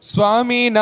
Swami